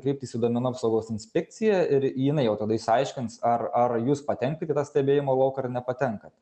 kreiptis į duomenų apsaugos inspekciją ir jinai jau tada išsiaiškins ar ar jūs patenkat į tą stebėjimo lauką ar nepatenkat